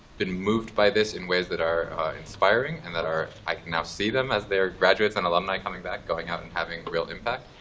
been moved by this in ways that are inspiring and that are i can now see them as they're graduates and alumni coming back, going out and having a real impact.